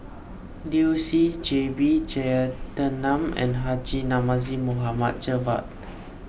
Liu Si J B Jeyaretnam and Haji Namazie Mohd Javad